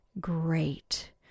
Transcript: Great